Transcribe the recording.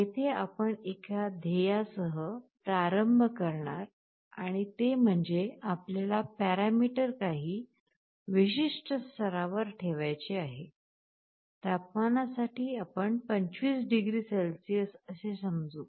येथे आपण एका ध्येयासह प्रारंभ करणार अणि ते म्हणजे आपल्याला पॅरामीटर काही विशिष्ट स्तरावर ठेवायचे आहे तापमानासाठी आपण 25 डिग्री सेल्सियस असे समजू